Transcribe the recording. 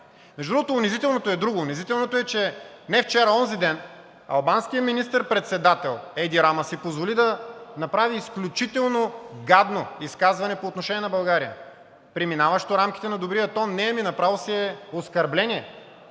Между другото, унизителното е друго. Унизителното е, че не вчера, а онзиден албанският министър-председател Еди Рама си позволи да направи изключително гадно изказване по отношение на България, преминаващо рамките на добрия тон не, ами направо си е оскърбление